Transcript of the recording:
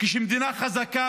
כשהמדינה המדינה חזקה